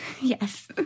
Yes